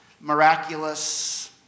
miraculous